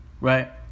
right